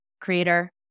creator